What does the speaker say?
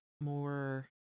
more